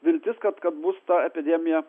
viltis kad kad bus ta epidemija